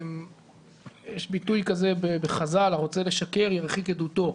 בחז"ל יש ביטוי האומר "הרוצה לשקר, ירחיק עדותו".